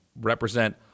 represent